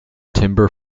timber